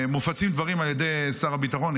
מופצים דברים על ידי שר הביטחון.